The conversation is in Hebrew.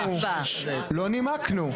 לא נימקנו.